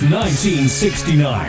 1969